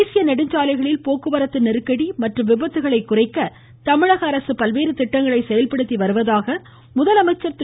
தேசிய நெடுஞ்சாலைகளில் போக்குவரத்து நெருக்கடி மற்றும் விபத்துகளை குறைக்க தமிழக அரசு பல்வேறு திட்டங்களை செயல்படுத்தி வருவதாக முதலமைச்சர் திரு